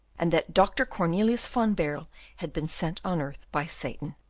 and that dr. cornelius van baerle had been sent on earth by satan.